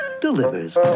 delivers